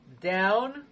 down